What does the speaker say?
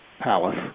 palace